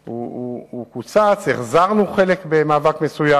הוא קוצץ, והחזרנו חלק במאבק מסוים.